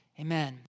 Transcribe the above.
Amen